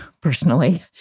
personally